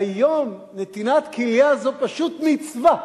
היום נתינת כליה זו פשוט מצווה,